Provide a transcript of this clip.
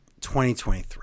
2023